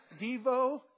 Devo